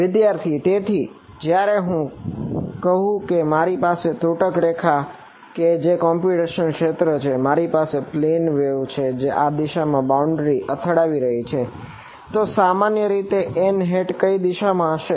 વિદ્યાર્થી તેથી જ્યારે હું કહું કે મારી પાસે આ ત્રુટક રેખા છે કે જે કોમ્પ્યુટેશનલ ને અથડાવી રહી છે તો સામાન્ય રીતે n હેટ કઈ દિશામાં હશે